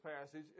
passage